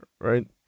right